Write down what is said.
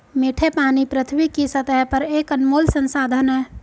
मीठे पानी पृथ्वी की सतह पर एक अनमोल संसाधन है